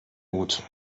gut